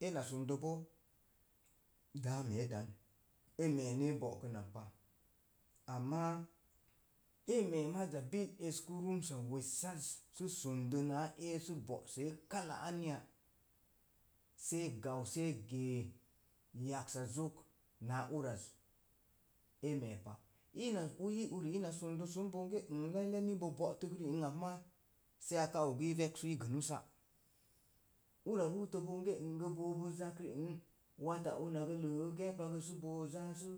Ena sundo bo daame dan e mee ne e bo'kunnak pa, ama emee maza bil esku rumsa wessas, sə sundo naa ee sə bo'see kak anya, see gau se’ gee yaksa zok naa uraz e meepa ii i uri ina sundo sun bonge lallai nibo bo'tək ri ang ak maa sei aka ogu i veksu i gənnu sái, ura ruuto bonge bonge bobo zak rin wata una gə le̱e̱gə geepagə sə bo zaasu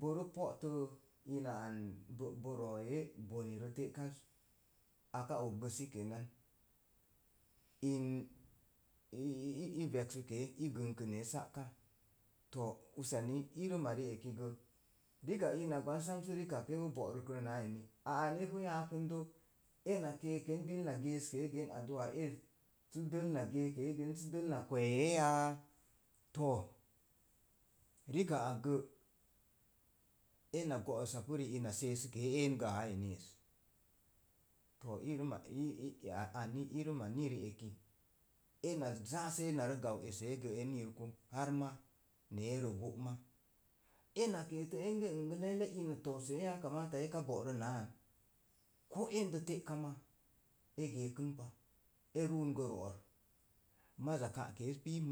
bore po'to ina an bo ro ee bone rə te'káz aka og si kenan in ii veksike̱e̱ ii gənkinee sa'káa to̱o̱ useni irima re̱e̱ki gə rikak gwan sam sə rikak epu go’ rukro áá eni epu yaakən də bil na keeske ken, sə dəl na geeke gen kwe̱e̱ to rika akgə, ena go rusapu ri ina sēēske een gə aa eni es to̱o̱ rieki ena zaa səna esse en yirku har ma neerə go'ma ena keetə enge gə lalai ina toa see yakamata eka go'ro áá an ko ende te'ka ma é gekən pa e rumn gə ro'or maza ka'keez pii